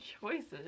choices